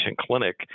clinic